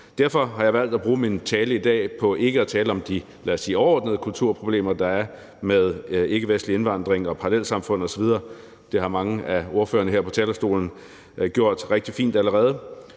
Derfor har jeg i min tale i dag valgt ikke at tale om de, lad os sige overordnede kulturproblemer, der er med ikkevestlig indvandring og parallelsamfund osv. – det har mange af ordførerne her på talerstolen gjort rigtig fint allerede.